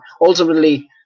ultimately